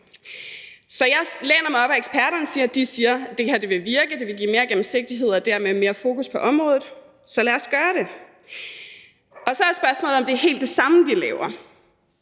Så jeg læner mig op ad eksperterne, som siger, at det her vil virke, at det vil give mere gennemsigtighed og dermed mere fokus på området. Så lad os gøre det. Så er spørgsmålet, om det er helt det samme, de laver.